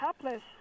helpless